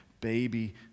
baby